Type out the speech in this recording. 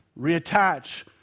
reattach